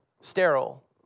sterile